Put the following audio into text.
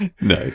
No